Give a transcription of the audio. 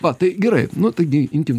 va tai gerai nu taigi imkim